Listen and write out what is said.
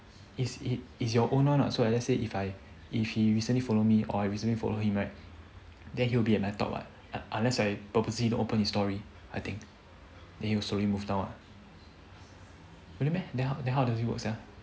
is is is your own one what so let's say if I if he recently follow me or I recently follow him right then he'll be my top what ah unless I purposely don't open his story I think they also removed now what really meh then how then how does it work sia